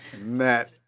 Matt